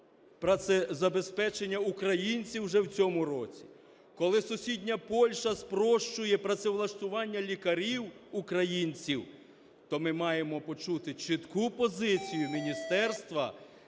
працезабезпечення українців вже в цьому році. Коли сусідня Польща спрощує працевлаштування лікарів українців. То ми маємо почути чітку позицію міністерства,